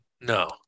No